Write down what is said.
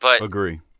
Agree